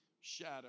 shadow